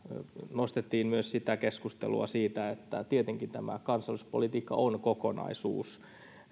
nostettiin myös keskustelua siitä että tietenkin tämä kansalaisuuspolitiikka on kokonaisuus